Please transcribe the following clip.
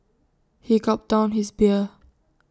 he gulped down his beer